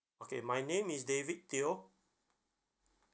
ya okay my name is david teo